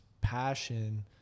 passion